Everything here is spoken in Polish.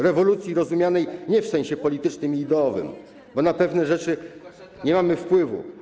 Rewolucji rozumianej nie w sensie politycznym i ideowym, bo na pewne rzeczy nie mamy wpływu.